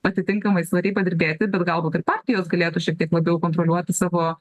atitinkamai svariai padirbėti bet galbūt ir partijos galėtų šiek tiek labiau kontroliuoti savo